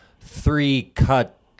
three-cut